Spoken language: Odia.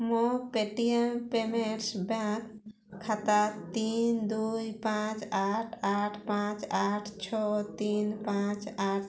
ମୋ ପେଟିଏମ୍ ପେମେଣ୍ଟ୍ସ୍ ବ୍ୟାଙ୍କ୍ ଖାତା ତିନି ଦୁଇ ପାଞ୍ଚ ଆଠ ଆଠ ପାଞ୍ଚ ଆଠ ଛଅ ତିନି ପାଞ୍ଚ ଆଠ ପାଞ୍ଚ